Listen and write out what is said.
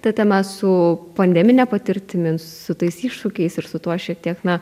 ta tema su pandemine patirtimi su tais iššūkiais ir su tuo šiek tiek na